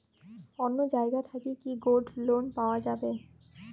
অন্য জায়গা থাকি কি গোল্ড লোন পাওয়া যাবে?